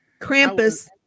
Krampus